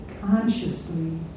consciously